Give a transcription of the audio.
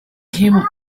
him